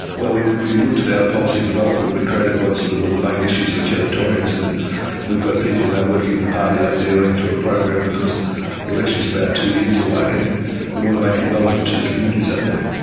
well, we we looked at our policy development. we created what sort of were the main issues for territorians, and we've got people now working in the party up there, running through a program, because the election is about two years away and we want to make it relevant to the communities up there.